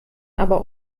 aber